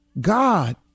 God